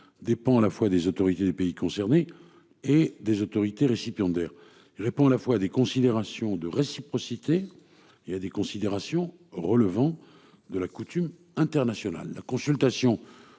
dépend à la fois des autorités des pays concernés et des autorités récipiendaires répond à la fois des considérations de réciprocité et à des considérations relevant de la coutume internationale la consultation